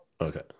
Okay